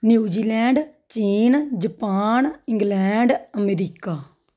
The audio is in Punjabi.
ਨਿਊਜ਼ੀਲੈਂਡ ਚੀਨ ਜਪਾਨ ਇੰਗਲੈਂਡ ਅਮਰੀਕਾ